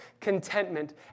contentment